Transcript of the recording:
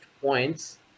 points